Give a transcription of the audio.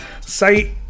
Say